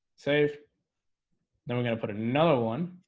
save then we're gonna put another one